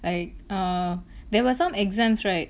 like ah there were some exams right